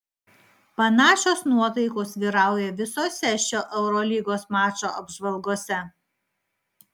panašios nuotaikos vyrauja visose šio eurolygos mačo apžvalgose